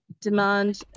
demand